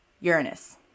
Uranus